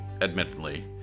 admittedly